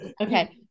okay